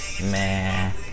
Man